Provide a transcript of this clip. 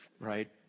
Right